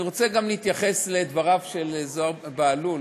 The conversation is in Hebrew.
אני רוצה גם להתייחס לדבריו של זוהיר בהלול,